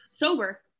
sober